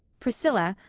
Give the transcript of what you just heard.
priscilla,